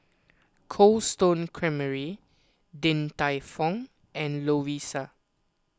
Cold Stone Creamery Din Tai Fung and Lovisa